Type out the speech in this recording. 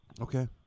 Okay